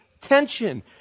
tension